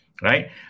Right